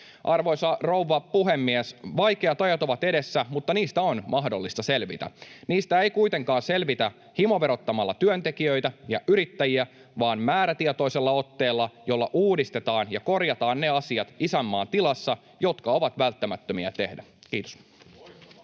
Arvoisa rouva puhemies! Vaikeat ajat ovat edessä, mutta niistä on mahdollista selvitä. Niistä ei kuitenkaan selvitä himoverottamalla työntekijöitä ja yrittäjiä, vaan määrätietoisella otteella, jolla uudistetaan ja korjataan ne asiat isänmaan tilassa, jotka ovat välttämättömiä tehdä. — Kiitos.